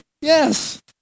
Yes